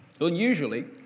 unusually